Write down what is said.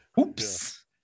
Oops